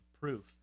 proof